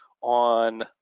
on